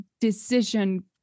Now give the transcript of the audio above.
decision